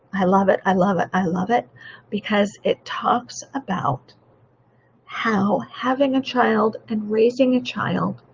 i love it, i love it, i love it because it talks about how having a child and raising a child